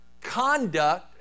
conduct